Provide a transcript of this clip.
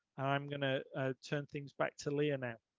i'm going to turn things back to lia now.